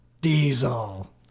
Diesel